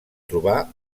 trobar